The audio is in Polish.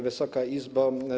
Wysoka Izbo!